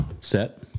set